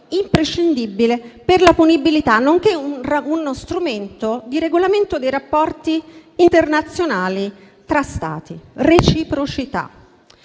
imprescindibile per la punibilità, nonché uno strumento di regolamento dei rapporti internazionali tra Stati (reciprocità).